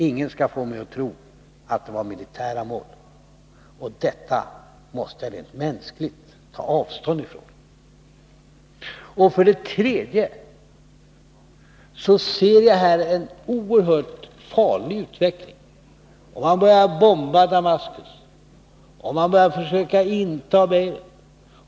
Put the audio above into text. Ingen skall få mig att tro att man riktat sig bara mot militära mål. Vi måste rent mänskligt ta avstånd från det som skett. Jag ser det vidare som en oerhört farlig utveckling, om man börjar försöka att bomba Damaskus och om man börjar inta Beirut.